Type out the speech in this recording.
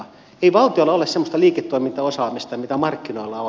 ei valtiolla ole semmoista liiketoimintaosaamista mitä markkinoilla on